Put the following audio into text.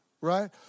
right